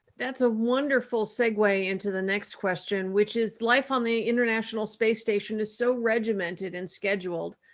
that's a wonderful segue into the next question, which is life on the international space station is so regimented and scheduled,